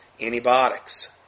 antibiotics